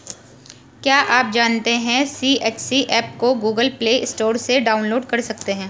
क्या आप जानते है सी.एच.सी एप को गूगल प्ले स्टोर से डाउनलोड कर सकते है?